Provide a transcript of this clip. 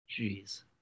Jeez